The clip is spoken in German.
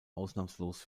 ausnahmslos